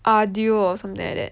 Arudio or something like that